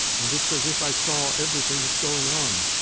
and it's as if i saw everything that's going on.